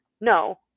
No